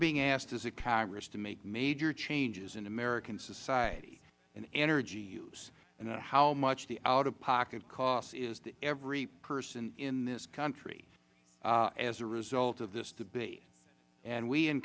being asked as a congress to make major changes in american society in energy use and on how much the out of pocket cost is to every person in this country as a result of this debate and we in